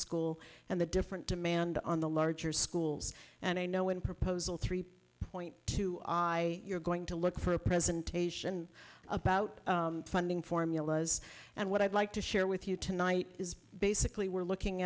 school and the different demand on the larger schools and a no win proposal three point two i you're going to look for a presentation about funding formula was and what i'd like to share with you tonight is basically we're looking